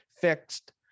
fixed